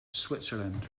switzerland